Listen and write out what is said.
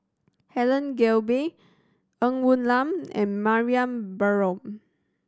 Helen Gilbey Ng Woon Lam and Mariam Baharom